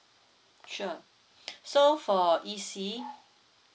sure so for easy